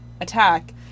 attack